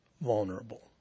vulnerable